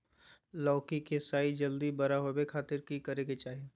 लौकी के साइज जल्दी बड़ा होबे खातिर की करे के चाही?